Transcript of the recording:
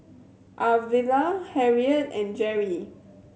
Arvilla Harriette and Jerrie